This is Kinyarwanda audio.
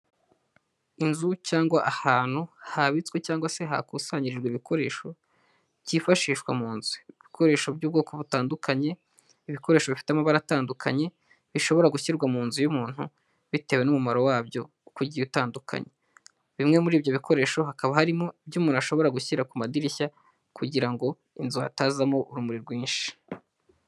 Inzu cyangwa ahantu habitswe cyangwa se hakusanyirijwe ibikoresho byifashishwa mu nzu, ibikoresho by'ubwoko butandukanye, ibikoresho bifite amabara atandukanye bishobora gushyirwa mu nzu y'umuntu bitewe n'umumaro wabyo uko ugiye utandukanye. Bimwe muri ibyo bikoresho hakaba harimo ibyo umuntu ashobora gushyira ku madirishya kugira ngo inzu hatazamo urumuri rwinshi.